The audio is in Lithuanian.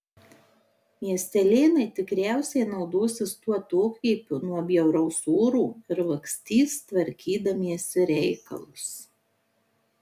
miestelėnai tikriausiai naudosis tuo atokvėpiu nuo bjauraus oro ir lakstys tvarkydamiesi reikalus